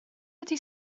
ydy